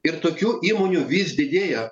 ir tokių įmonių vis didėja